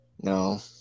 no